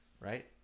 right